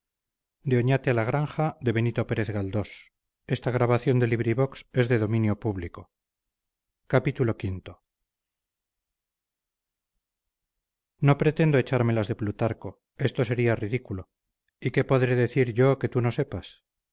no pretendo echármelas de plutarco esto sería ridículo y qué podré decirte yo que tú no sepas